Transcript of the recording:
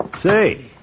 Say